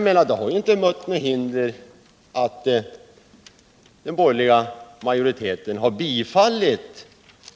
Men det hade inte mött några hinder för den borgerliga majoriteten att bifalla